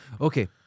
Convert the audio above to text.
Okay